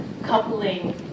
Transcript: coupling